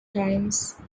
times